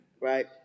Right